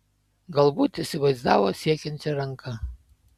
galbūt įsivaizdavo siekiančią ranką